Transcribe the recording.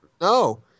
No